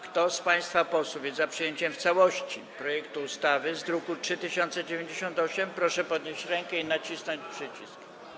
Kto z państwa posłów jest za przyjęciem w całości projektu ustawy z druku nr 3098, proszę podnieść rękę i nacisnąć przycisk.